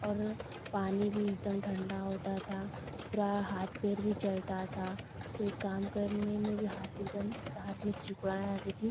और पानी भी इकदम ठंडा होता था पुरा हाथ पैर भी जलता था कोई काम करने में भी हाथ एकदम हाथ में सिकुड़न आ जाती थी